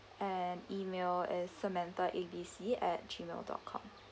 and email is samantha A B C at gmail dot com